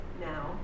now